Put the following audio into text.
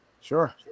Sure